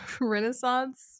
Renaissance